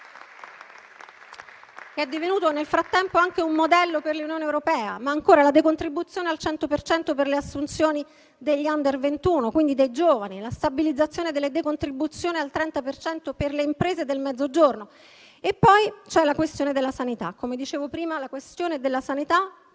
che è divenuta nel frattempo anche un modello per l'Unione europea. E ancora, la decontribuzione al 100 per cento per le assunzioni degli *under* 21, quindi dei giovani, la stabilizzazione delle decontribuzioni al 30 per cento per le imprese del Mezzogiorno. E poi c'è la questione della sanità. Come dicevo prima, la questione della sanità